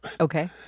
okay